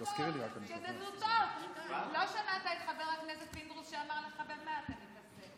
לא שמעת את חבר הכנסת פינדרוס שאמר לך: במה אתה מתעסק?